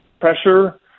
pressure